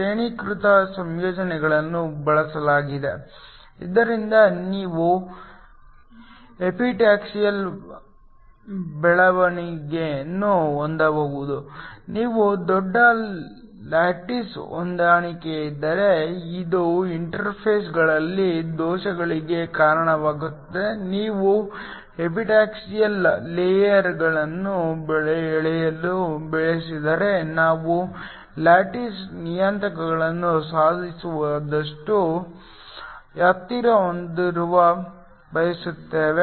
ಶ್ರೇಣೀಕೃತ ಸಂಯೋಜನೆಗಳನ್ನು ಬಳಸಲಾಗಿದೆ ಇದರಿಂದ ನೀವು ಎಪಿಟಾಕ್ಸಿಯಲ್ ಬೆಳವಣಿಗೆಯನ್ನು ಹೊಂದಬಹುದು ನೀವು ದೊಡ್ಡ ಲ್ಯಾಟಿಸ್ ಹೊಂದಿಕೆಯಾಗದಿದ್ದರೆ ಅದು ಇಂಟರ್ಫೇಸ್ಗಳಲ್ಲಿ ದೋಷಗಳಿಗೆ ಕಾರಣವಾಗುತ್ತದೆ ನೀವು ಎಪಿಟಾಕ್ಸಿಯಲ್ ಲೇಯರ್ಗಳನ್ನು ಬೆಳೆಯಲು ಬಯಸಿದರೆ ನಾವು ಲ್ಯಾಟಿಸ್ ನಿಯತಾಂಕಗಳನ್ನು ಸಾಧ್ಯವಾದಷ್ಟು ಹತ್ತಿರ ಹೊಂದಲು ಬಯಸುತ್ತೇವೆ